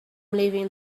leaving